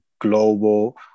global